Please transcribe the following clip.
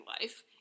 life